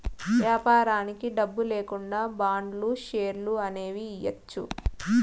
వ్యాపారానికి డబ్బు లేకుండా బాండ్లు, షేర్లు అనేవి ఇయ్యచ్చు